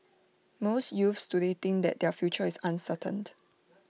most youths today think that their future is uncertain